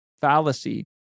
fallacy